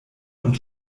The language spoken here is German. und